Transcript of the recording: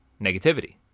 negativity